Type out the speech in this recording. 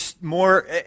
more